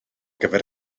gyfer